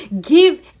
give